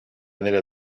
nella